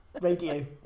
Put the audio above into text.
radio